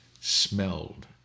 smelled